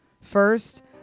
First